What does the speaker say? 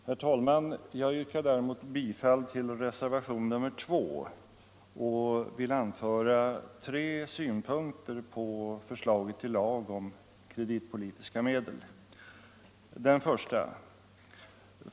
Herr talman! Jag yrkar bifall till reservationen 2 och vill anföra tre synpunkter på förslaget till lag om kreditpolitiska medel. 1.